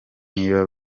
niba